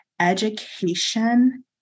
education